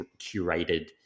curated